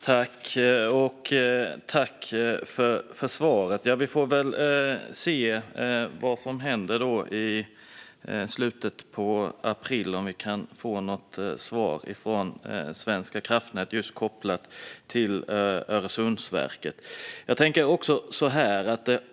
Herr talman! Tack, statsrådet, för svaret! Då får vi väl se vad som händer i slutet av april och om vi kan få något svar från Svenska kraftnät när det gäller Öresundsverket.